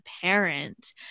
parent